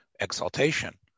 exaltation